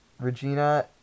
Regina